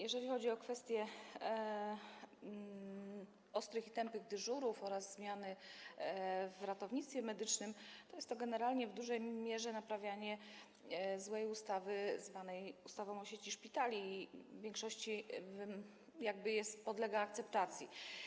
Jeżeli chodzi o kwestie ostrych i tępych dyżurów oraz zmiany w ratownictwie medycznym, to jest to generalnie w dużej mierze naprawianie złej ustawy zwanej ustawą o sieci szpitali i w większości podlega to akceptacji.